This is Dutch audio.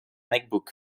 macbook